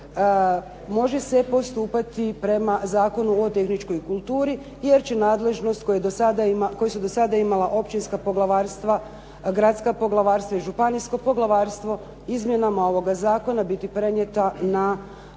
može se postupati prema Zakonu o tehničkoj kulturi jer će nadležnost koju su do sada imala općinska poglavarstva, gradska poglavarstva i županijsko poglavarstvo izmjenama ovoga zakona biti prenijeta na tijela